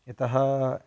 यतः